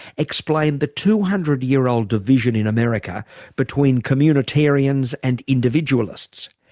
explained the two hundred year old division in america between communitarians and individualists.